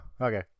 okay